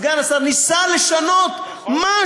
סגן השר ניסה לשנות, נכון.